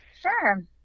Sure